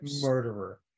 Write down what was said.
murderer